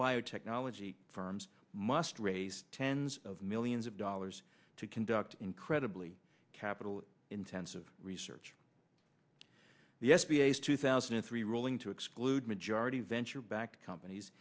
biotechnology firms must raise tens of millions of dollars to conduct incredibly capital intensive research the s b s two thousand and three rolling to exclude majority venture backed companies